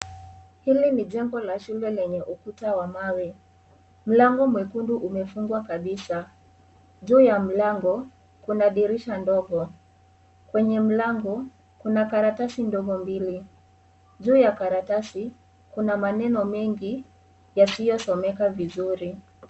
Hili ni jengo la shule lenye ukuta wa mawe. Mlango mwekundu umefungwa kabisaa, juubya mlango kuna dirisha ndogo. Kwenye mlango kuna karatasi ndogo mbili, juubya karatasi kuna maneno mengi yasiyosomeka vizuri.